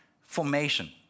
formation